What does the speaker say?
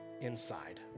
inside